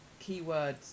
keywords